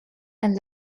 and